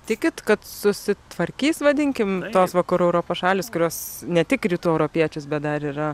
tikit kad susitvarkys vadinkim tos vakarų europos šalys kurios ne tik rytų europiečius bet dar yra